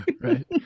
right